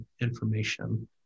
information